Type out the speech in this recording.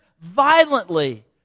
violently